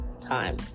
time